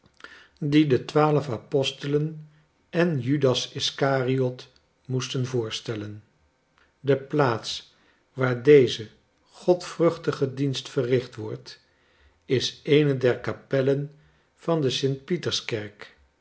die de twaalf apostelen en judas iscariot moesten voorstellen de plaats waar deze godvruchtige dienst verricht wordt is eene der kapellen van de